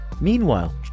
Meanwhile